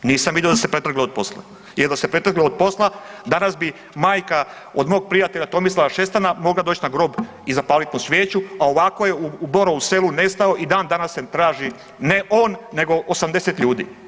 Nisam vidio da su se pretrgli od posla jer da su se pretrgli od posla danas bi majka od mog prijatelja Tomislava Šestana mogla doći na grob i zapaliti mu svijeću, a ovako je u Borovu Selu nestao i dan danas se traži, ne on nego 80 ljudi.